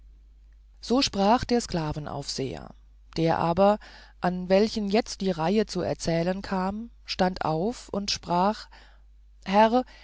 so sprach der sklavenaufseher der aber an welchen jetzt die reihe zu erzählen kam stand auf und sprach herr